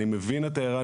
אני מבין את ההערה,